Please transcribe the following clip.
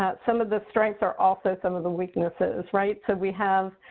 ah some of the strengths are also some of the weaknesses right? so we have,